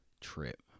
trip